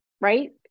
Right